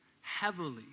heavily